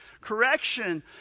Correction